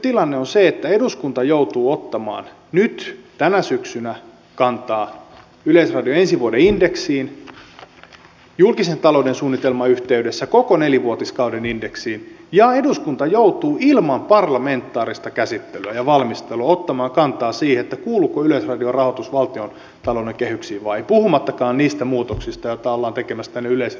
tilanne on se että eduskunta joutuu ottamaan nyt tänä syksynä kantaa yleisradion ensi vuoden indeksiin julkisen talouden suunnitelman yhteydessä koko nelivuotiskauden indeksiin ja eduskunta joutuu ilman parlamentaarista käsittelyä ja valmistelua ottamaan kantaa siihen kuuluuko yleisradion rahoitus valtiontalouden kehyksiin vai ei puhumattakaan niistä muutoksista joita ollaan tekemässä yle veroon